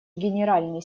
генеральный